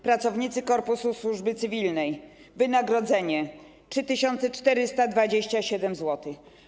Pracownicy korpusu służby cywilnej, wynagrodzenie - 3427 zł.